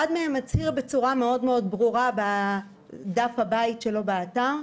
אחד מהם מצהיר בצורה מאוד ברורה בדף הבית שלו באתר,